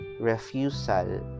refusal